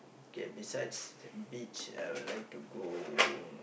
okay besides beach I would like to go